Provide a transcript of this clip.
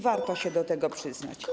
Warto się do tego przyznać.